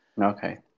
Okay